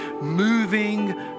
moving